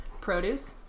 produce